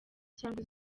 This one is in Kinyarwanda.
cyangwa